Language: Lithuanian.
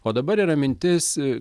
o dabar yra mintis